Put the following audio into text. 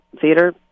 theater